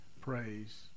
Praise